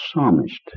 psalmist